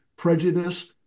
Prejudice